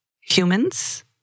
humans